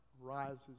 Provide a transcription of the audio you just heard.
rises